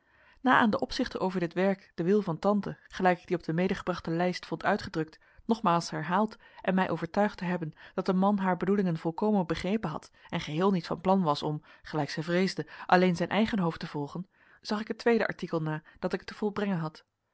na aan den opzichter over dit werk den wil van tante gelijk ik dien op de medegebrachte lijst vond uitgedrukt nogmaals herhaald en mij overtuigd te hebben dat de man haar bedoelingen volkomen begrepen had en geheel niet van plan was om gelijk zij vreesde alleen zijn eigen hoofd te volgen zag ik het tweede artikel na dat ik te volbrengen had